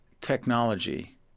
technology